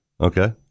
Okay